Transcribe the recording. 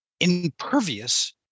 impervious